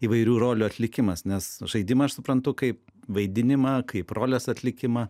įvairių rolių atlikimas nes žaidimą aš suprantu kaip vaidinimą kaip rolės atlikimą